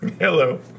Hello